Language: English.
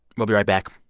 we'll be right back